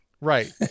Right